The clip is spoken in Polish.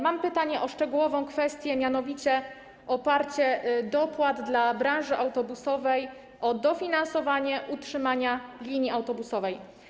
Mam pytanie o szczegółową kwestię, mianowicie o oparcie dopłat dla branży autobusowej o dofinansowanie utrzymania linii autobusowej.